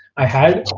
i